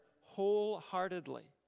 wholeheartedly